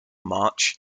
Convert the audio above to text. march